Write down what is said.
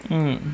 mm